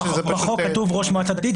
בחוק כתוב ראש מועצה דתית.